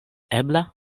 ebla